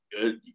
good